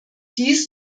dies